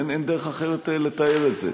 אין דרך אחרת לתאר את זה.